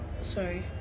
Sorry